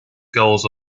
goals